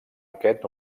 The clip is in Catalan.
aquest